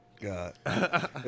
God